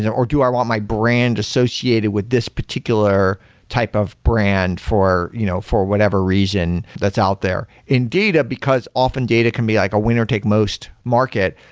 or do i want my brand associated with this particular type of brand for you know for whatever reason that's out there. in data, because often data can be like a winner-take-most market,